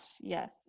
Yes